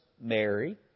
Mary